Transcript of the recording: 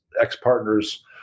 ex-partner's